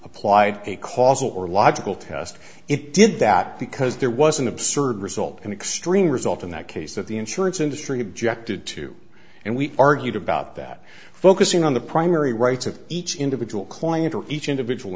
applied a causal or logical test it did that because there was an absurd result an extreme result in that case that the insurance industry objected to and we argued about that focusing on the primary rights of each individual client or each individual